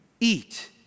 eat